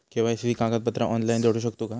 KYC कागदपत्रा online जोडू शकतू का?